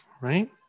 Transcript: right